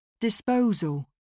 Disposal